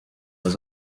was